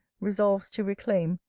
resolves to reclaim,